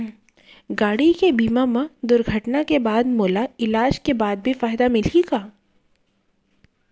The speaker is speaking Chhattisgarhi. गाड़ी के बीमा मा दुर्घटना के बाद मोला इलाज के भी फायदा मिलही का?